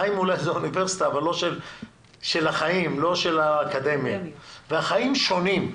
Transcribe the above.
החיים אולי אוניברסיטה של החיים אבל לא של האקדמיה והחיים שונים.